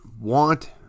want